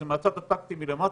זה מהצד הטקטי מלמטה,